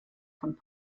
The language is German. von